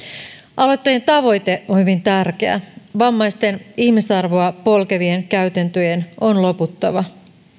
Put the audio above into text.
aloitteen tavoite on hyvin tärkeä vammaisten ihmisarvoa polkevien käytäntöjen on loputtava